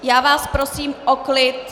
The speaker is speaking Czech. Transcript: Já vás prosím o klid.